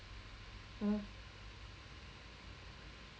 !huh!